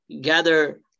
gather